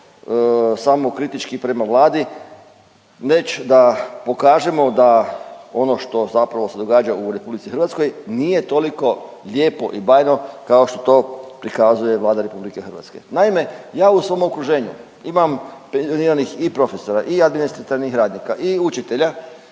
samo kritički prema Vladi već da pokažemo da ono što zapravo se događa u RH nije toliko lijepo i bajno kao što to prikazuje Vlada RH. Naime, ja u svom okruženju imam penzioniranih i profesora, i administrativnih radnika i učitelja